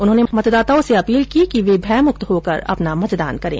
उन्होंने मतदाताओं से अपील की कि वे भयमुक्त होकर अपना मतदान करें